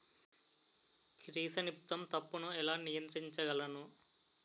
Chrysanthemum తప్పును ఎలా నియంత్రించగలను?